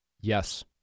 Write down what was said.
Yes